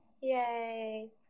Yay